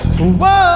Whoa